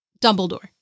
Dumbledore